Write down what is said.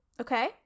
Okay